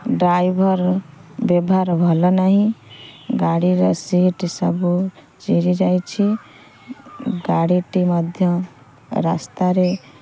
driver ବ୍ୟବହାର ଭଲ ନାହିଁ ଗାଡ଼ିର ସିଟ୍ ସବୁ ଚିରି ଯାଇଛି ଗାଡ଼ିଟି ମଧ୍ୟ ରାସ୍ତାରେ